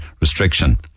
restriction